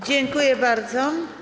Dziękuję bardzo.